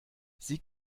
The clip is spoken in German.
sie